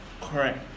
Correct